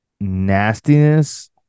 nastiness